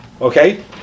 Okay